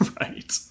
right